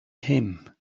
him